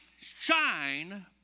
shine